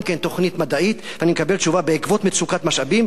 גם כן תוכנית מדעית ואני מקבל תשובה: בעקבות מצוקת משאבים